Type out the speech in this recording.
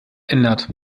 ändert